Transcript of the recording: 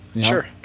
Sure